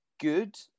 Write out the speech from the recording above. good